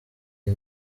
iyi